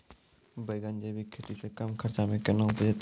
बैंगन जैविक खेती से कम खर्च मे कैना उपजते?